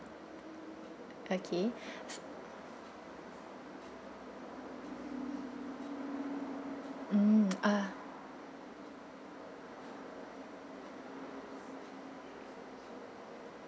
okay s~ mm ah